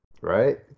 Right